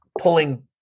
pulling